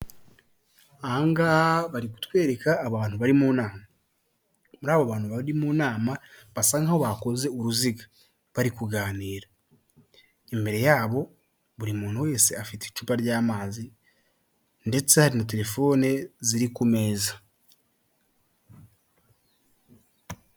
Aha ngaha bari kutwereka abantu barimo nama, muri abo bantu bari mu nama basa nkaho bakoze uruziga bari kuganira, imbere yabo buri muntu wese afite icupa ry'amazi ndetse hari na telefone ziri ku meza.